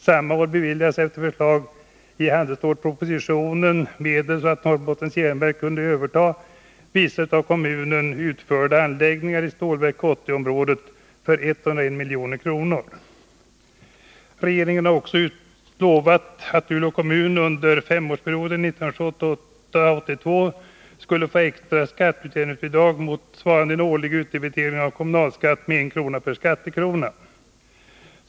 Samma år beviljades efter förslag i handelsstålspropositionen medel så att Norrbottens Järnverk kunde överta vissa av kommunen utförda anläggningar i Stålverk 80-området för 101 milj.kr. Regeringen hade också lovat, att Luleå kommun under femårsperioden 1978-1982 skulle få extra skatteutjämningsbidrag motsvarande en årlig utdebitering av kommunalskatt med en krona per skattekrona.